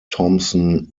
thomson